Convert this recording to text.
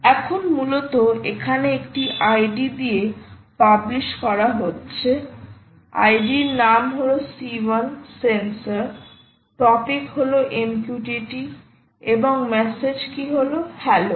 এখন মূলত এখানে একটি ID দিয়ে পাবলিশ করা হচ্ছে ID এর নাম হলো C1 সেন্সর টপিক হল MQTT এবং মেসেজ কি হলো হ্যালো